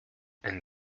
and